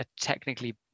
technically